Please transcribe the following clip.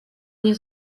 nie